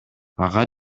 ага